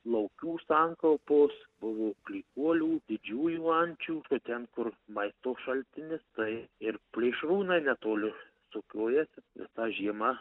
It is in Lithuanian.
laukių sankaupos buvo klykuolių didžiųjų ančių bet ten kur maisto šaltinis tai ir plėšrūnai netoli sukiojasi visą žiemą